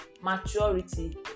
maturity